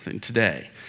today